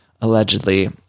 allegedly